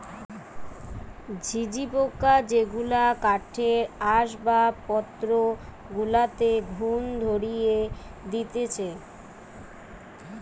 ঝিঝি পোকা যেগুলা কাঠের আসবাবপত্র গুলাতে ঘুন ধরিয়ে দিতেছে